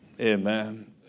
Amen